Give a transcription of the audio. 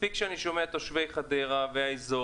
מספיק שאני שומע את תושבי חדרה והאזור,